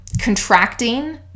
Contracting